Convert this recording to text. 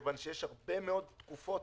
כי יש הרבה מאוד תקופות